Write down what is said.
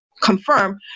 confirm